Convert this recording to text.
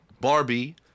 Barbie